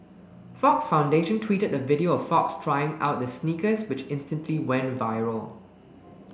Fox Foundation tweeted a video of Fox trying out the sneakers which instantly went viral